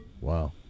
Wow